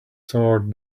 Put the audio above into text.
sword